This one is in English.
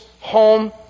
home